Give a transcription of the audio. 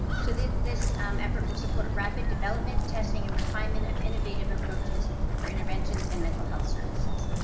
so this this effort will support rapid development, testing and refinement of innovative approaches for interventions in mental health services.